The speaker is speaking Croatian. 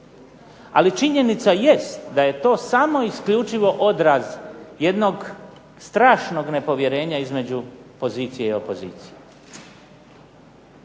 Ali činjenica jest da je to samo i isključivo odraz jednog strašnog nepovjerenja između pozicije i opozicije.